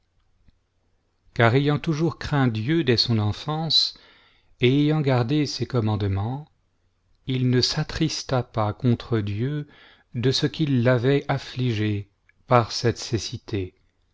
car ayant toujours craint dieu dès son enfance et ayant gardé ses commandements il ne s'attrista pas contre dieu de ce qu'il l'avait affligé par cette cécité